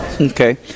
Okay